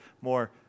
more